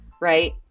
Right